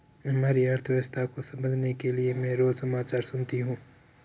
हमारी अर्थव्यवस्था को समझने के लिए मैं रोज समाचार सुनती हूँ